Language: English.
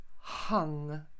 hung